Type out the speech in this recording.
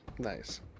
Nice